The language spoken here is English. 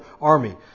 army